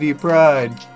pride